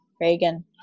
Reagan